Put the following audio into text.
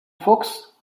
fuchs